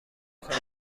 کار